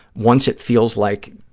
once it feels like,